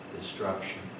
destruction